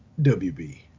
WB